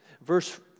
Verse